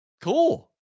Cool